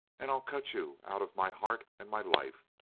and i'll cut you out of my heart and my life.